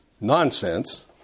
nonsense